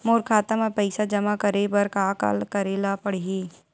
मोर खाता म पईसा जमा करे बर का का करे ल पड़हि?